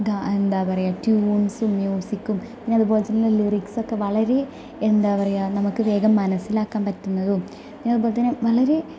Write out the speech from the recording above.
ദാ എന്താണ് പറയുക ട്യൂൺസും മ്യൂസിക്കും പിന്നെ അത് പോലെ തന്നെ ലിറിക്സൊക്കെ വളരെ എന്താണ് പറയുക നമുക്ക് വേഗം മനസ്സിലാക്കാൻ പറ്റുന്നതും പിന്നെ അത് പോലെ തന്നെ വളരെ